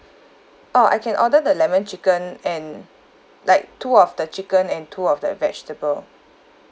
oh I can order the lemon chicken and like two of the chicken and two of that vegetable